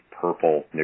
purple